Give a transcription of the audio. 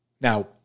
Now